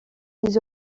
les